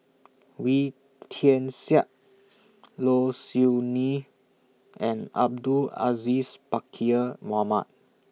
Wee Tian Siak Low Siew Nghee and Abdul Aziz Pakkeer Mohamed